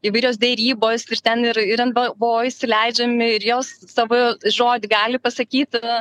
įvairios derybos ir ten ir ir nvo įsileidžiami ir jos savo žodį gali pasakyti